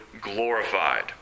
glorified